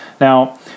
Now